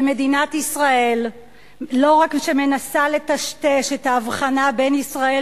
ומדינת ישראל לא רק מנסה לטשטש את ההבחנה בין ישראל